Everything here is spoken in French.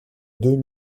deux